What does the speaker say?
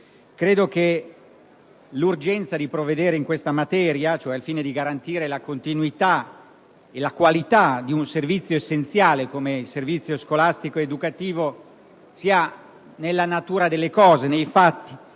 Credo che l'urgenza di provvedere in questa materia, al fine cioè di garantire la continuità e la qualità di un servizio essenziale come quello scolastico educativo, sia nella natura delle cose, nei fatti.